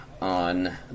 on